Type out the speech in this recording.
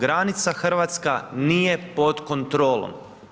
Granica Hrvatska nije pod kontrolom.